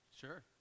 Sure